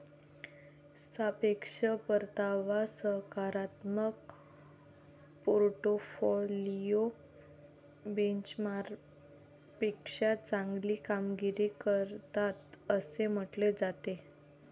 सापेक्ष परतावा सकारात्मक पोर्टफोलिओ बेंचमार्कपेक्षा चांगली कामगिरी करतात असे म्हटले जाते